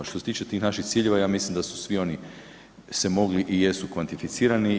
Što se tiče tih naših ciljeva ja mislim da su svi oni se mogli i jesu kvantificirani.